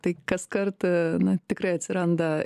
tai kas kart na tikrai atsiranda